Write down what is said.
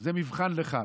זה מבחן לך.